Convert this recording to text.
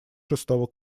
шестого